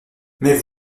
mais